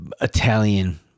Italian